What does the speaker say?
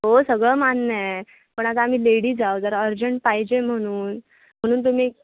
हो सगळं मान्य आहे पण आता आम्ही लेडीज आहोत आणि जरा अर्जंट पाहिजे म्हणून म्हणून तुम्ही